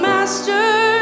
Master